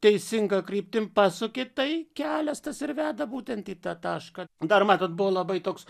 teisinga kryptim pasuki tai kelias tas ir veda būtent į tą tašką dar matot buvo labai toks